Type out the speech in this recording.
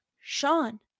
Sean